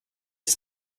ist